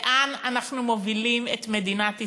לאן אנחנו מובילים את מדינת ישראל.